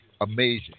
amazing